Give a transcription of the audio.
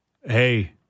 Hey